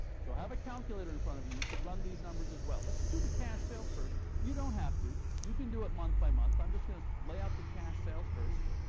so have a calculator in front of you. you should run these numbers as well. let's just do the cash sales first. you don't have to. you can do it month-by-month. i'm just going to lay out the cash sales first.